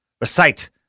Recite